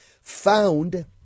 found